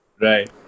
right